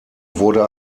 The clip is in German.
wurde